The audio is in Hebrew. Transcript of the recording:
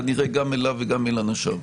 כנראה גם אליו וגם אל אנשיו.